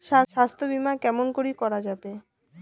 স্বাস্থ্য বিমা কেমন করি করা যাবে?